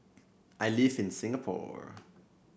I live in Singapore